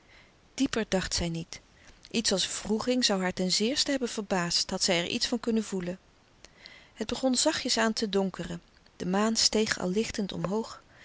dieper dacht zij niet ets als wroeging zoû haar ten zeerste hebben verbaasd had zij er iets van kunnen voelen het begon zachtjes aan te donkeren de maan steeg al lichtend omhoog